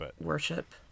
worship